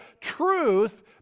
truth